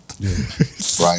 Right